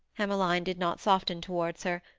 emmeline did not soften towards her,